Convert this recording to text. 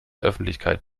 öffentlichkeit